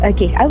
Okay